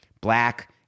black